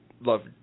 love